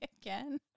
again